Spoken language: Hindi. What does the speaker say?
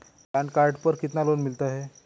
पैन कार्ड पर कितना लोन मिल सकता है?